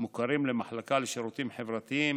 המוכרים למחלקה לשירותים חברתיים,